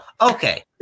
Okay